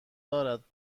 دارد